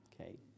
okay